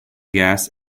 gas